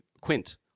Quint